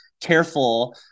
careful